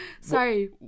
Sorry